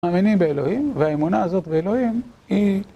מאמינים באלוהים, והאמונה הזאת באלוהים היא.